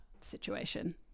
Situation